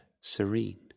serene